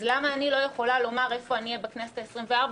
אז למה אני לא יכולה לומר איפה אני אהיה בכנסת העשרים-וארבע?